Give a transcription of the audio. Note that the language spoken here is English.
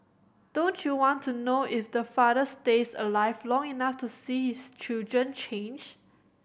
don't you want to know if the father stays alive long enough to see his children change